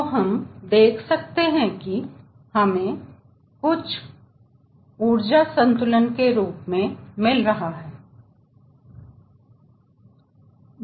तो हम यह देख सकते हैं कि हमें कुछ ऊर्जा संतुलन के रूप में मिल रहा हैं